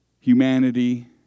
humanity